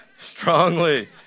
strongly